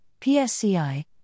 PSCI